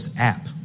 app